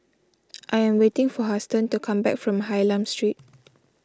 I am waiting for Huston to come back from Hylam Street